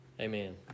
Amen